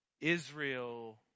Israel